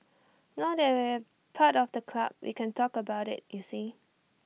now that we're part of the club we can talk about IT you see